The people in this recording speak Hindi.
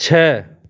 छः